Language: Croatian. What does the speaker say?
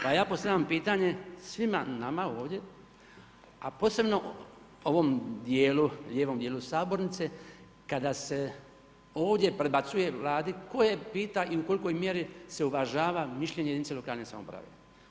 Pa ja postavljam pitanje svima nama ovdje, a posebno ovom lijevom dijelu sabornice, kada se ovdje prebacuje Vladi, tko je ... i u kolikoj mjeri se uvažava mišljenje jedinica lokalne samouprave?